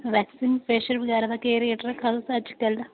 waxing facial बगैरा दा केह् रेट रखा दा तुसें अज्जकल